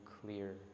clear